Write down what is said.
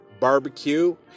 barbecue